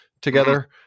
together